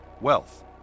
wealth